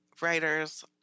writers